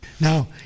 Now